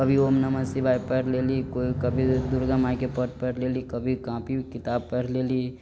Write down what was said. कभी ओम नमः शिवाय पैढ़ लेली कभी दुर्गा माइ के पाठ पैढ़ लेली कभी काँपी किताब पैढ़ लेली